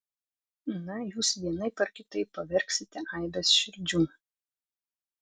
na jūs vienaip ar kitaip pavergsite aibes širdžių